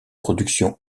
production